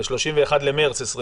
ב-31 במרץ 2021